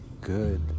good